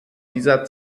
dieser